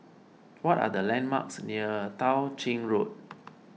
what are the landmarks near Tao Ching Road